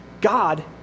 God